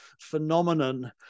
phenomenon